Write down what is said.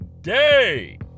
day